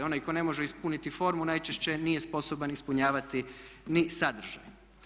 Onaj tko ne može ispuniti formu najčešće nije sposoban ispunjavati ni sadržaj.